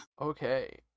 okay